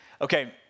Okay